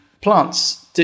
plants